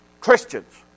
Christians